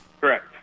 Correct